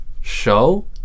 show